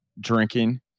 drinking